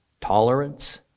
tolerance